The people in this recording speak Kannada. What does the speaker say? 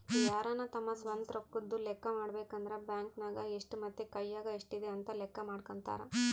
ಯಾರನ ತಮ್ಮ ಸ್ವಂತ ರೊಕ್ಕದ್ದು ಲೆಕ್ಕ ಮಾಡಬೇಕಂದ್ರ ಬ್ಯಾಂಕ್ ನಗ ಎಷ್ಟು ಮತ್ತೆ ಕೈಯಗ ಎಷ್ಟಿದೆ ಅಂತ ಲೆಕ್ಕ ಮಾಡಕಂತರಾ